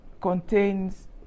contains